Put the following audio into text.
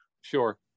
Sure